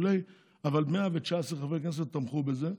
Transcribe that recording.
אבל 119 חברי כנסת תמכו בזה.